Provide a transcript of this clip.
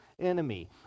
enemy